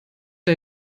der